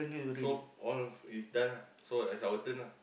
so all is done ah so is our turn lah